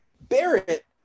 Barrett